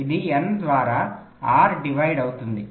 ఇది N ద్వారా R divide అవుతుంది